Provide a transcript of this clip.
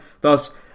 thus